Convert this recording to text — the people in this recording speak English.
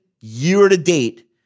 year-to-date